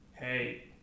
hey